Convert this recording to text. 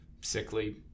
sickly